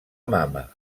mama